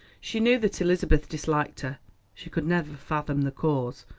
she knew that elizabeth disliked her she could never fathom the cause,